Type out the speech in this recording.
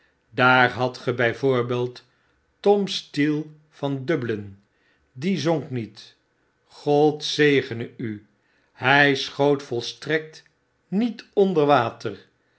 daar hadt ge bjj voorbeeld tom steele van dublin die zonk niet god zegene u hij schoot volstrekt niet